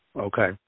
Okay